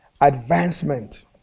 advancement